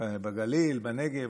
בגליל, בנגב.